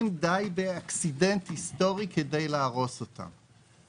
די במאורע היסטורי כדי להרוס אותן.